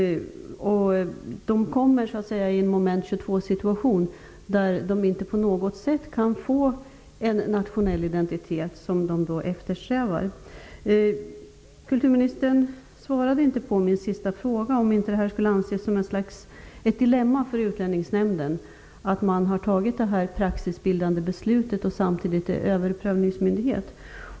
Dessa personer hamnar så att säga i en moment 22-situation, där de inte på något sätt kan få en nationell identitet som de eftersträvar. Kulturministern svarade inte på min senaste fråga, om det inte kan anses som ett dilemma för Utlänningsnämnden att den har fattat det praxisbildande beslutet samtidigt som den är överprövningsmyndighet.